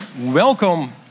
Welcome